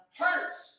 hurts